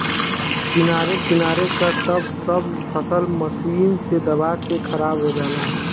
किनारे किनारे क त सब फसल मशीन से दबा के खराब हो जाला